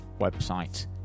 website